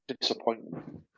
Disappointment